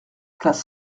place